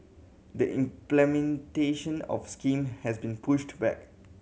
the implementation of the scheme has been pushed back